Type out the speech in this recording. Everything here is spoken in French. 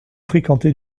fréquenté